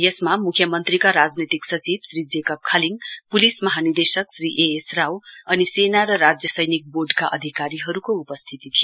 यसमा मुख्यमन्त्रीका राजनैतिक सचिव श्री जेकब खालिङ पुलिस महानिदेशक श्री ए एस राव अनि सेना र राज्य सैनिक बोर्डका अधिकारीहरूका उपस्थिती थियो